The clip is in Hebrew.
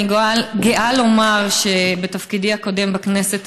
אני גאה לומר שבתפקידי הקודם בכנסת